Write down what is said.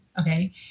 Okay